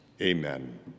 amen